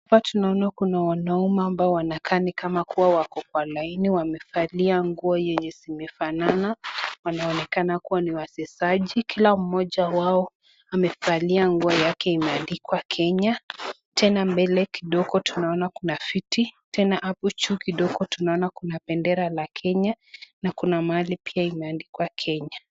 Hapa tunaona kuna wanaume ambao wanakani kama kuwa wako kwa laini wamevalia nguo yenye zimefanana. Wanaonekana kuwa ni wachezaji. Kila mmoja wao amevalia nguo yake imeandikwa Kenya. Tena mbele kidogo tunaona kuna fiti. Tena hapo chini kidogo tunaona kuna bendera la Kenya na kuna mahali pia imeandikwa Kenya.